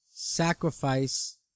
sacrifice